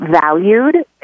valued